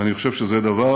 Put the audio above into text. ואני חושב שזה דבר